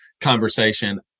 conversation